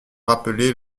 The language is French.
rappelée